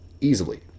easily